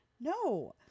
no